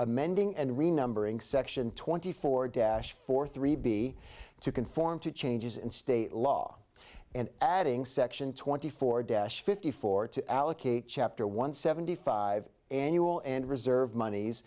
amending and renumbering section twenty four dash four three b to conform to changes in state law and adding section twenty four desh fifty four to allocate chapter one seventy five annual and reserved monies